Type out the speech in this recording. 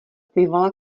plivala